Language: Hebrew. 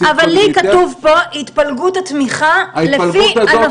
לי כתוב פה התפלגות התמיכה לפי ענפים,